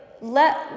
let